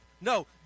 No